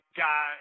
guy